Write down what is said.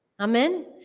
Amen